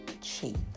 cheap